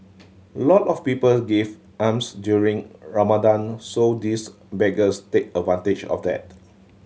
lot of people give alms during Ramadan so these beggars take advantage of that